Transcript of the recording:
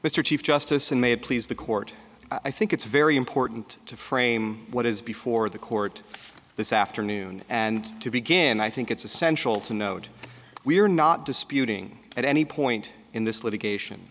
mr chief justice and may please the court i think it's very important to frame what is before the court this afternoon and to begin i think it's essential to note we are not disputing at any point in this litigation